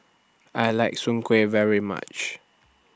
I like Soon Kueh very much